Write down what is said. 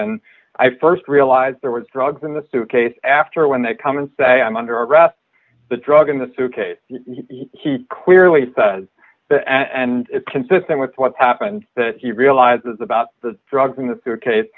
and i st realized there was drugs in the suitcase after when they come and say i'm under arrest the drug in the suitcase he clearly says and it's consistent with what happened that he realizes about the drugs in the suitcase